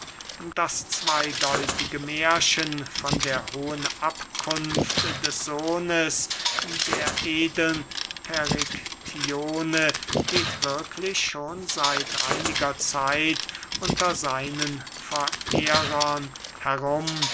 das zweydeutige mährchen von der hohen abkunft des sohnes der edeln periktione geht wirklich schon seit einiger zeit unter seinen verehrern herum